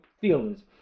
feelings